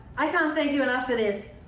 i can't thank you enough for this,